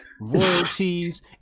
Royalties